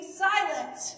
silent